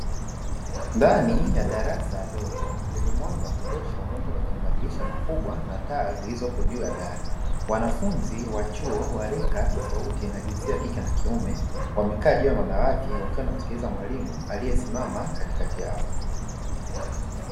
Ndani ya darasa dogo lenye mwanga wa kutosha, unaotoka kwenye madirisha makubwa na taa zilizopo juu ya dari. Wanafunzi wa chuo wa rika tofauti wa jinsia ya kike na kiume wamekaa juu ya madawati, wakiwa wanamsikiliza mwalimu aliyesimama katikati yao.